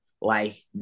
life